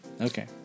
Okay